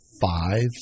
five